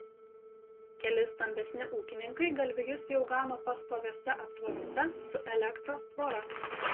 keli stambesni ūkininkai galvijus jau gano pastoviuose aptvaruose su elektros tvora